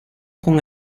con